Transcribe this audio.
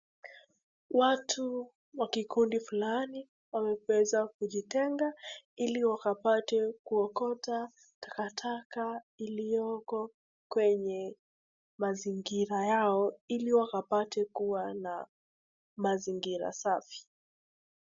Watu wa kikundi fulani wameweza kujitenga ili wakapate kuokota takataka iliyoko kwenye mazingira yao ili wakapate kuwa na mazingira safi.